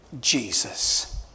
Jesus